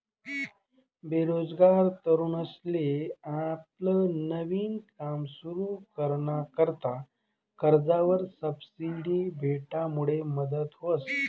बेरोजगार तरुनसले आपलं नवीन काम सुरु कराना करता कर्जवर सबसिडी भेटामुडे मदत व्हस